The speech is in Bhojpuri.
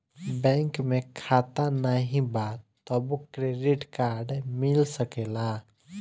बैंक में खाता नाही बा तबो क्रेडिट कार्ड मिल सकेला?